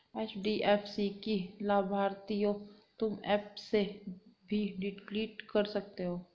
HDFC की लाभार्थियों तुम एप से भी डिलीट कर सकते हो